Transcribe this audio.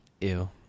Ew